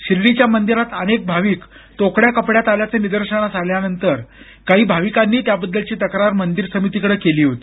शिर्डीच्या मंदिरात अनेक भाविक तोकड्या कपड्यात आल्याचं निदर्शनास आल्यानंतर काही भाविकांनीही त्याबद्दलची तक्रार मंदिर समितीकडे केली होती